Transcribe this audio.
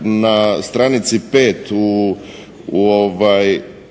na stranici 5 u članku